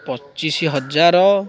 ପଚିଶ ହଜାର